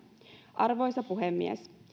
arvoisa puhemies